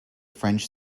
french